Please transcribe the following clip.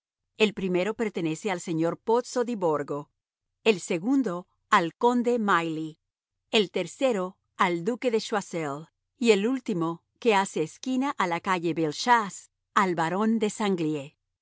el primero pertenece al señor pozzo di borgo el segundo al conde mailly el tercero al duque de choiseul y el último que hace esquina a la calle bellechasse al barón de sanglié